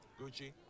Gucci